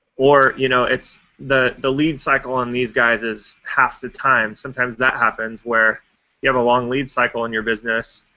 or, you know the the lead cycle on these guys is half the time. sometimes that happens, where you have a long lead cycle in your business.